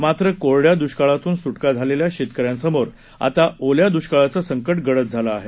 मात्र कोरड्या दृष्काळातून सुटका झालेल्या शेतकऱ्यांसमोर आता ओल्या दृष्काळाचं संकट गडद झालं आहे